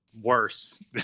worse